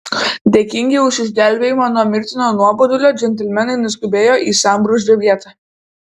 dėkingi už išgelbėjimą nuo mirtino nuobodulio džentelmenai nuskubėjo į sambrūzdžio vietą